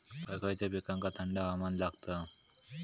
खय खयच्या पिकांका थंड हवामान लागतं?